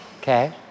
okay